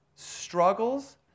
struggles